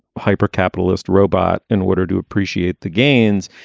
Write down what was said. hyper capitalist robot in order to appreciate the gains.